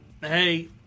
hey